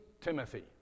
Timothy